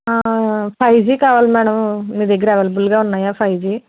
five G కావాలి madam మీ దగ్గర అవైలబుల్గా ఉన్నాయా ఫైవ్ జీ